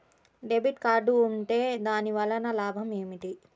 Debit card ఉంటే దాని వలన లాభం ఏమిటీ?